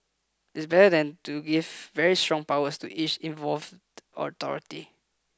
it's better than to give very strong powers to each involved authority